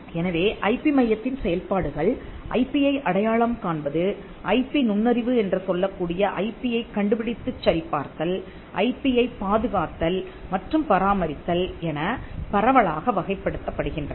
எனவே ஐபி மையத்தின் செயல்பாடுகள் ஐபி யை அடையாளம் காண்பது ஐபி நுண்ணறிவு என்று சொல்லக்கூடிய ஐபி யைக் கண்டுபிடித்துச் சரிபார்த்தல் ஐபி யைப் பாதுகாத்தல் மற்றும் பராமரித்தல் எனப் பரவலாக வகைப்படுத்தப்படுகின்றன